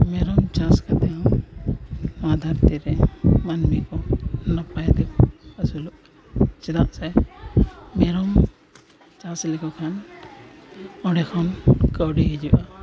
ᱢᱮᱨᱚᱢ ᱪᱟᱥ ᱠᱟᱛᱮᱫ ᱦᱚᱸ ᱱᱚᱣᱟ ᱫᱷᱟᱹᱨᱛᱤ ᱨᱮ ᱢᱟᱹᱱᱢᱤ ᱠᱚ ᱱᱟᱯᱟᱭ ᱛᱮᱠᱚ ᱟᱹᱥᱩᱞᱚᱜ ᱠᱟᱱᱟ ᱪᱮᱫᱟᱜ ᱥᱮ ᱢᱮᱨᱚᱢ ᱪᱟᱥ ᱞᱮᱠᱚ ᱠᱷᱟᱱ ᱚᱸᱰᱮ ᱠᱷᱚᱱ ᱠᱟᱹᱣᱰᱤ ᱦᱤᱡᱩᱜᱼᱟ